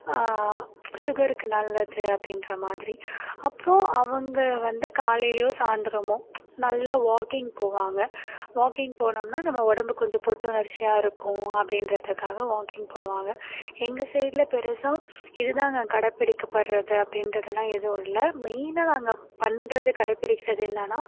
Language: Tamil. ஷுகர்க்கு நல்லது அப்படின்ற மாதிரி அப்புறம் அவங்க வந்து காலையிலையோ சாயந்தரமோ நல்லா வாக்கிங் போவாங்கள் வாக்கிங் போனோம்னால் நம்ம உடம்பு கொஞ்சம் புத்துணர்ச்சியாருக்கும் அப்படின்றதுக்காக வாக்கிங் போவாங்கள் எங்கள் சைட்ல பெருசாக இதுதாங்க கடைபிடிக்கப்படுகிறது அப்படின்றதுலாம் எதுவும் இல்லை மெயினாக நாங்கள் பண்ணுறது கடைப்பிடிக்கிறது என்னன்னா